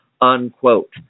unquote